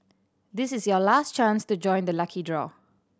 this is your last chance to join the lucky draw